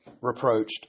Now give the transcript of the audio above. reproached